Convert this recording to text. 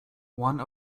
one